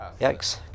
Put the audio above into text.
Yikes